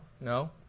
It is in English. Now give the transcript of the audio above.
no